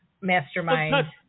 mastermind